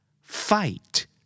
Fight